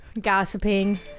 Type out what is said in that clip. gossiping